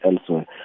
elsewhere